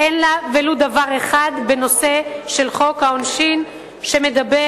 אין לה ולו דבר אחד בנושא של חוק העונשין שמדבר